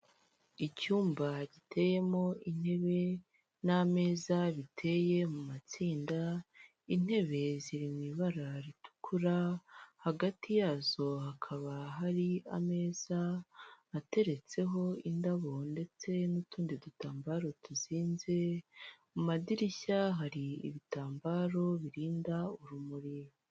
Icyumba giteyemo intebe n'ameza biteye mu matsinda, intebe ziri mu ibara ritukura, hagati yazo hakaba hari ameza ateretseho indabo ndetse n'utundi dutambaro tuzinze, mu madirishya hari ibitambaro birinda urumuri.